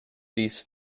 these